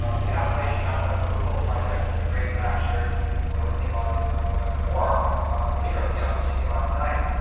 um the appalachian mountain top removal project was a great fact shared with me by rebecca moore the leader of the outreach team last night.